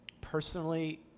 Personally